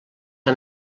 han